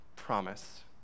promise